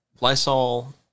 Lysol